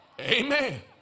Amen